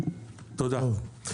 תודה.